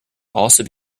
also